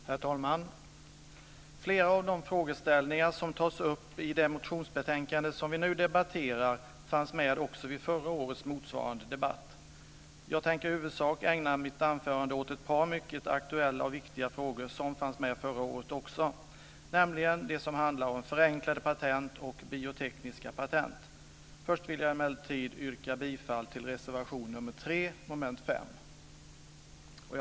Herr talman! Flera av de frågeställningar som tas upp i det betänkande som vi nu debatterar fanns med också vid förra årets motsvarande debatt. Jag tänker i huvudsak ägna mitt anförande åt ett par mycket aktuella och viktiga frågor som fanns med också förra året, nämligen de som handlar om förenklade patent och biotekniska patent. Först vill jag emellertid yrka bifall till reservation nr 3 under mom. 5.